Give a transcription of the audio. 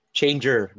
changer